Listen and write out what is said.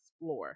explore